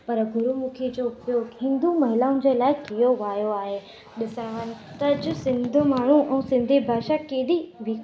पर हो मूंखे जो पो हिंदू महिलाउनि जे लाइ कियो वियो आहे ॾिसण वञ त अॼु सिंध माण्हू सिंधी भाषा केॾी बि